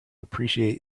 appreciate